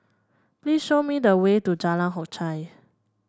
please show me the way to Jalan Hock Chye